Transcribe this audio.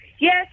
Yes